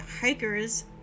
hiker's